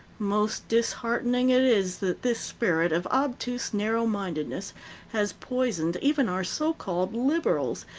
most disheartening it is that this spirit of obtuse narrow-mindedness has poisoned even our so-called liberals,